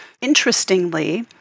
Interestingly